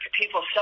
people